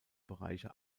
bereiche